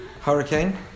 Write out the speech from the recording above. hurricane